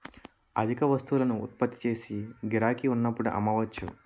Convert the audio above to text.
అధిక వస్తువులను ఉత్పత్తి చేసి గిరాకీ ఉన్నప్పుడు అమ్మవచ్చు